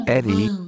Eddie